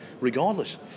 regardless